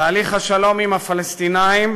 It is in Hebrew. תהליך השלום עם הפלסטינים,